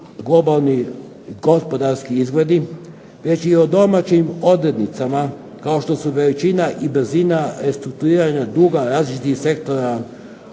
globalni gospodarski izgledi već i o domaćim odrednicama kao što su veličina i brzina restrukturiranja duga različitih sektora